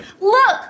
Look